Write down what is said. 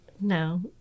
No